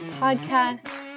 Podcast